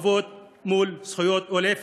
חובות מול זכויות או להפך.